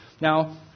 Now